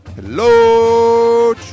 Hello